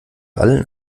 allen